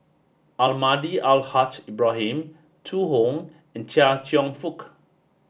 Almahdi Al Haj Ibrahim Zhu Hong and Chia Cheong Fook